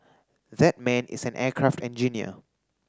that man is an aircraft engineer